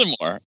Furthermore